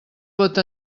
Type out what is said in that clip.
pot